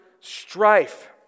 strife